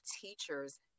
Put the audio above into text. teachers